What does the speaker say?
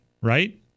right